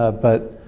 ah but